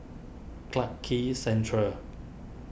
Clarke Quay Central